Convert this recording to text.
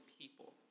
people